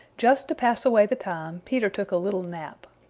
just to pass away the time peter took a little nap.